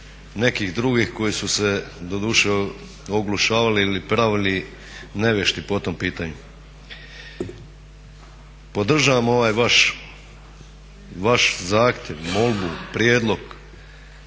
nekih drugih koji su se doduše oglašavali ili pravili nevješti po tom pitanju. Podržavam ovaj vaš zahtjev, molbu, prijedlog